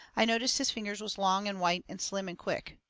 i noticed his fingers was long and white and slim and quick.